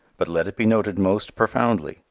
but let it be noted most profoundly,